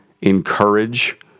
encourage